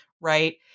right